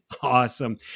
Awesome